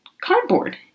cardboard